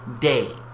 days